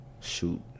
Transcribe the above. Shoot